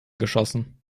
geschossen